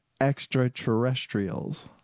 extraterrestrials